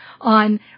on